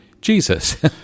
Jesus